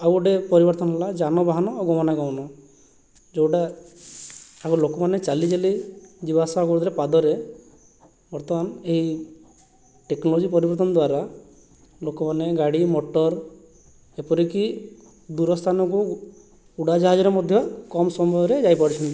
ଆଉ ଗୋଟେ ପରିବର୍ତ୍ତନ ହେଲା ଯାନବାହାନ ଓ ଗମନାଗମନ ଯେଉଁଟା ଆମ ଲୋକମାନେ ଚାଲି ଚାଲି ଯିବା ଆସିବା କରୁଥିଲେ ପାଦରେ ବର୍ତ୍ତମାନ ଏଇ ଟେକନୋଲୋଜି ପରିବର୍ତ୍ତନ ଦ୍ଵାରା ଲୋକମାନେ ଗାଡ଼ି ମଟର ଏପରିକି ଦୂରସ୍ଥାନକୁ ଉଡ଼ାଯାହାଜରେ ମଧ୍ୟ କମ୍ ସମୟରେ ଯାଇପାରୁଛନ୍ତି